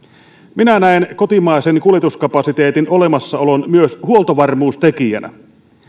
minä näen kotimaisen kuljetuskapasiteetin olemassaolon myös huoltovarmuustekijänä